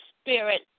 Spirit